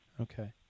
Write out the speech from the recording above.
Okay